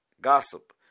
gossip